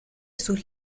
sus